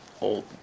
old